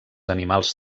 animals